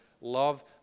love